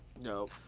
No